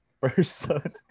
person